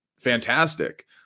fantastic